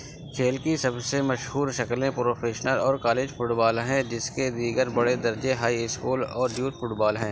کھیل کی سب سے مشہور شکلیں پروفیشنل اور کالج فٹ بال ہیں جس کے دیگر بڑے درجے ہائی اسکول اور یوتھ فٹ بال ہیں